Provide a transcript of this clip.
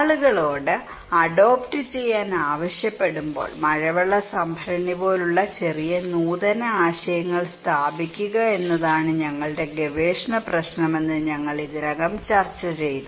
ആളുകളോട് അഡോപ്റ്റ് ചെയ്യാൻ ആവശ്യപ്പെടുമ്പോൾ മഴവെള്ള സംഭരണി പോലുള്ള ചെറിയ നൂതന ആശയങ്ങൾ സ്ഥാപിക്കുക എന്നതാണ് ഞങ്ങളുടെ ഗവേഷണ പ്രശ്നമെന്ന് ഞങ്ങൾ ഇതിനകം ചർച്ച ചെയ്തു